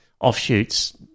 offshoots